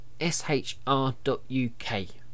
shr.uk